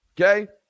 okay